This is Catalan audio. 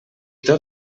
tot